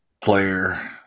player